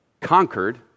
conquered